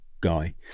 guy